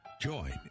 Join